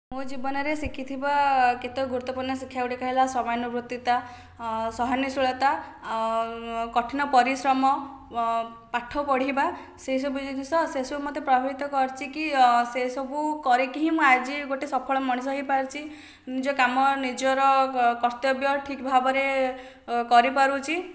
ମୋ ଜୀବନରେ ଶିଖିଥିବା କେତେକ ଗୁରୁତ୍ୱପୂର୍ଣ ଶିକ୍ଷାଗୁଡ଼ିକ ହେଲା ସମୟାନୁବର୍ତ୍ତିତା ସହନଶୀଳତା କଠିନ ପରିଶ୍ରମ ପାଠ ପଢ଼ିବା ସେସବୁ ଜିନିଷ ସେସବୁ ମୋତେ ପ୍ରଭାବିତ କରିଛି କି ସେସବୁ କରିକି ହିଁ ମୁଁ ଆଜି ଗୋଟେ ସଫଳ ମଣିଷ ହୋଇପାରିଛି ନିଜ କାମ ନିଜର କର୍ତ୍ତବ୍ୟ ଠିକ୍ ଭାବରେ କରିପାରୁଛି